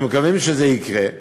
אנחנו מקווים שזה יקרה.